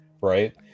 right